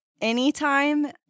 anytime